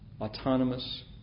autonomous